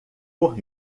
por